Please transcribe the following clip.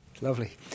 Lovely